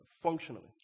functionally